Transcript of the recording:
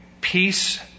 peace